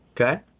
Okay